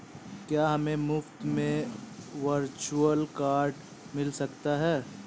क्या हमें मुफ़्त में वर्चुअल कार्ड मिल सकता है?